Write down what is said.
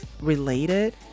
related